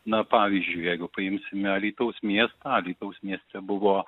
na pavyzdžiui jeigu paimsime alytaus miestą alytaus mieste buvo